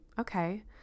okay